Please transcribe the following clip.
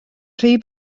rhy